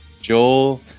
Joel